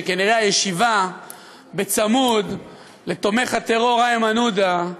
שכנראה הישיבה בצמוד לתומך הטרור איימן עודה,